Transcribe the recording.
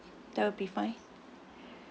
yup that will be fine